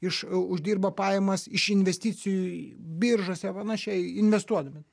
iš uždirba pajamas iš investicijų biržose panašiai investuodami